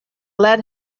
lead